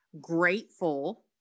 grateful